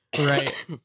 right